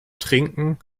trinken